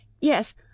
Yes